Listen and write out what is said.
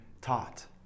taught